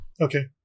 Okay